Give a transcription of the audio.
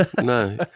No